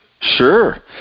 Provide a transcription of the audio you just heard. Sure